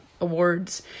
awards